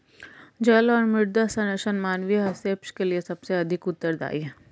जल और मृदा संरक्षण मानवीय हस्तक्षेप के लिए सबसे अधिक उत्तरदायी हैं